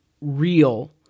real